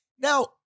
Now